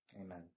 Amen